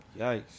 Yikes